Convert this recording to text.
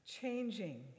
changing